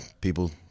people